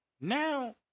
Now